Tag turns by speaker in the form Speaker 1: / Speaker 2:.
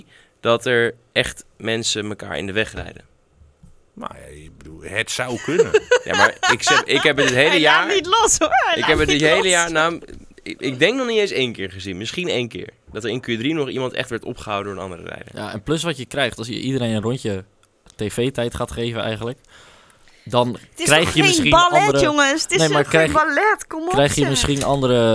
Speaker 1: dat er echt mensen elkaar in de weg rijden?
Speaker 2: Nou ja, ik bedoel, het zou kunnen.
Speaker 1: Ja, maar ik heb- ik heb het het hele
Speaker 3: Hij laat
Speaker 1: jaar-
Speaker 3: niet los, hoor. Hij
Speaker 1: ik heb
Speaker 3: laat
Speaker 1: het het
Speaker 3: niet
Speaker 1: hele
Speaker 3: los.
Speaker 1: jaar- nou, ik- ik denk nog niet eens één keer gezien. Misschien één keer. Dat er in Q3 nog iemand echt werd opgehouden door een andere rijder.
Speaker 4: Ja, en plus wat je krijgt, als je iedereen een rondje TV tijd gaat geven eigenlijk, dan
Speaker 3: Het is
Speaker 4: krijg
Speaker 3: toch
Speaker 4: je
Speaker 3: geen
Speaker 4: misschien
Speaker 3: ballet,
Speaker 4: andere-
Speaker 3: jongens? Het is
Speaker 4: Nee,
Speaker 3: toch
Speaker 4: maar
Speaker 3: geen
Speaker 4: krijg-
Speaker 3: ballet? Kom op,
Speaker 4: krijg je
Speaker 3: zeg.
Speaker 4: misschien andere